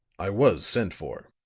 i was sent for,